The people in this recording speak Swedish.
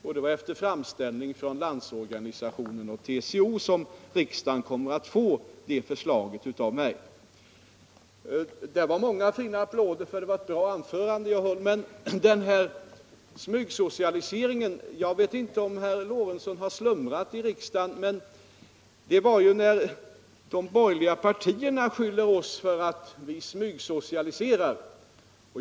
Det är efter framställning från Landsorganisationen och TCO som riksdagen kommer att få det förslaget av mig. Ja, visst fick jag många fina applåder för det anförande jag höll om smygsocialiseringen. Jag vet inte om herr Lorentzon slumrat till i riksdagen, men sammanhanget är ju följande. De borgerliga partierna skyller oss för att smygsocialisera.